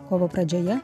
kovo pradžioje